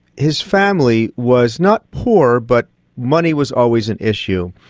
his family was not poor but money was always an issue.